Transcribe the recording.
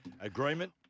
agreement